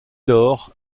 lors